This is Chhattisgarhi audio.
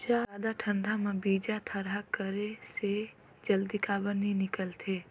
जादा ठंडा म बीजा थरहा करे से जल्दी काबर नी निकलथे?